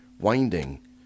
winding